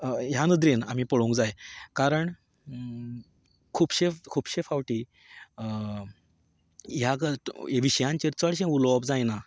ह्या नदरेन आमी पळोवंक जाय कारण खुबशे खुबशे फावटी ह्या गजाली विशयांचेर चडशें उलोवप जायना